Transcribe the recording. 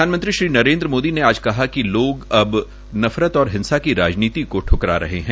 प्रधानमंत्री श्री नरेन्द्र मोदी ने आज कहा कि लोग अब नफरत और हिंसा की राजनीति को ठुकरा रहे है